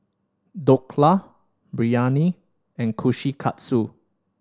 Dhokla Biryani and Kushikatsu